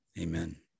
amen